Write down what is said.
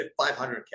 500k